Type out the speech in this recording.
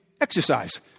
exercise